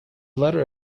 letter